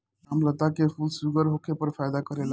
कामलता के फूल शुगर होखे पर फायदा करेला